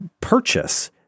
purchase